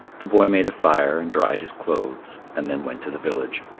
the boy made a fire and dried his clothes and then went to the village.